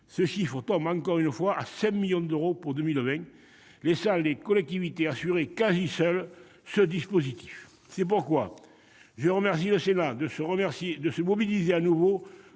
ce chiffre tombera encore une fois à 5 millions d'euros en 2020, laissant les collectivités en assumer, quasi seules, le financement. C'est pourquoi je remercie le Sénat de se mobiliser de nouveau